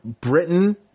Britain